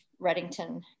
Reddington